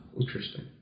interesting